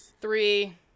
three